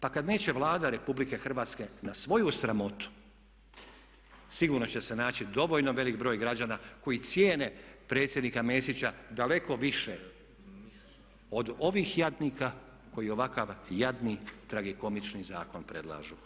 Pa kad neće Vlada RH na svoju sramotu, sigurno će se naći dovoljno veliki broj građana koji cijene predsjednika Mesića daleko više od ovih jadnika koji ovakav jadni, tragikomični zakon predlažu.